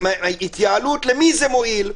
למי זה מועיל,